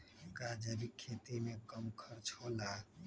का जैविक खेती में कम खर्च होला?